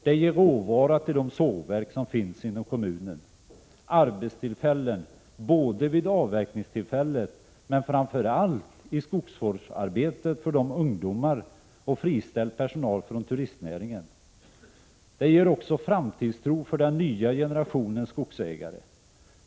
Det ger råvara till de sågverk som finns inom kommunen, arbetstillfällen både vid avverkningstillfället men framför allt skogsvårdsarbete för skolungdomar och friställd personal från turistnäringen. Det ger också framtidstro för den nya generationen skogsägare.